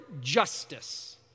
justice